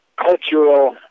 cultural